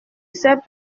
sais